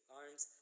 arms